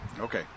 Okay